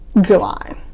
July